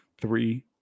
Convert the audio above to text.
three